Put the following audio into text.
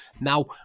Now